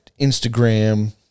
Instagram